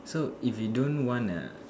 so if you don't want a